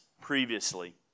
previously